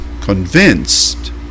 convinced